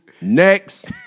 next